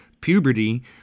puberty